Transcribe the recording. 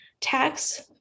tax